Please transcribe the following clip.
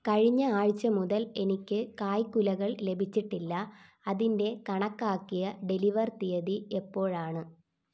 കഴിഞ്ഞ ആഴ്ച മുതൽ എനിക്ക് കായ്ക്കുലകൾ ലഭിച്ചിട്ടില്ല അതിൻ്റെ കണക്കാക്കിയ ഡെലിവർ തീയതി എപ്പോഴാണ്